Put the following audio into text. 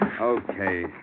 Okay